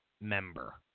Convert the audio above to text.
member